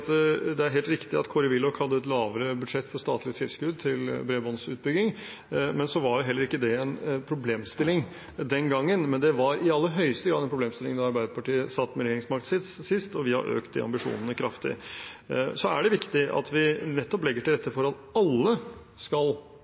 resultater. Det er helt riktig at Kåre Willoch hadde et mindre budsjett for statlige tilskudd til bredbåndsutbygging, men så var det heller ikke en problemstilling den gangen. Men det var i aller høyeste grad en problemstilling da Arbeiderpartiet sist satt med regjeringsmakten, og vi har økt de ambisjonene kraftig. Det er viktig at vi nettopp legger til rette for at alle skal